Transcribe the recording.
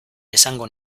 esango